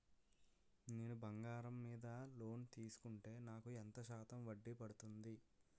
నేను బంగారం మీద లోన్ తీసుకుంటే నాకు ఎంత శాతం వడ్డీ పడుతుంది?